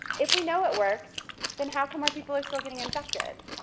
if we know it works, then how come our people are still getting infected?